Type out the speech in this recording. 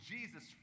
Jesus